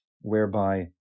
whereby